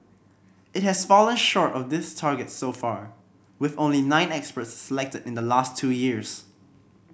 it has fallen short of this target so far with only nine experts selected in the last two years